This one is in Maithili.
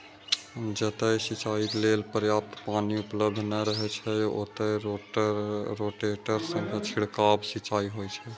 जतय सिंचाइ लेल पर्याप्त पानि उपलब्ध नै रहै छै, ओतय रोटेटर सं छिड़काव सिंचाइ होइ छै